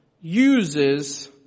uses